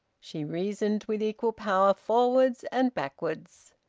she reasoned with equal power forwards and backwards.